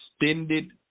Extended